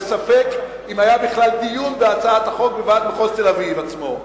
וספק אם היה בכלל דיון בהצעת החוק בוועד מחוז תל-אביב עצמו.